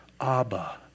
Abba